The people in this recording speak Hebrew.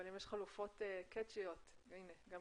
אבל אם יש חלופות קטצ'יות,